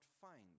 find